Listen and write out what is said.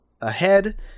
ahead